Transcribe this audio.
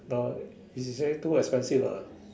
no is she say too expensive lah